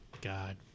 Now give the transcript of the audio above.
God